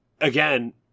again